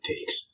takes